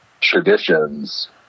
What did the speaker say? traditions